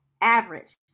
average